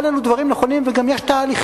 כל אלו דברים נכונים, וגם יש תהליכים.